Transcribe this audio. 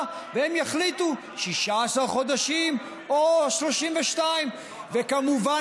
והם יחליטו: 16 חודשים או 32. וכמובן,